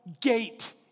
gate